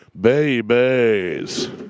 Babies